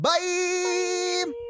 Bye